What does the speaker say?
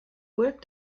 work